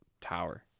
tower